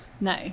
no